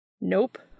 Nope